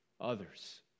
others